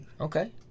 Okay